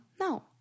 no